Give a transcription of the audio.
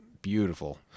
Beautiful